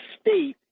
state